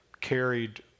carried